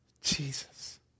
Jesus